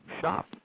shop